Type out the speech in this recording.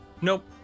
Nope